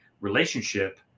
relationship